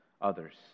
others